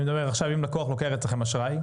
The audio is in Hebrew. אני מדבר עכשיו אם לקוח לוקח אצלכם אשראי,